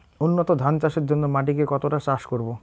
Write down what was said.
উন্নত ধান চাষের জন্য মাটিকে কতটা চাষ করব?